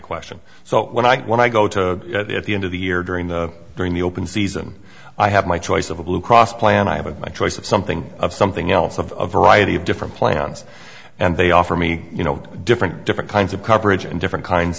question so when i get when i go to the at the end of the year during the during the open season i have my choice of a blue cross plan i have a choice of something of something else of variety of different plans and they offer me you know different different kinds of coverage and different kinds